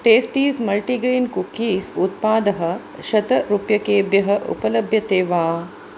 Tasties multigrain cookies उत्पादः शतरूप्यकेभ्यः उपलभ्यते वा